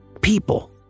people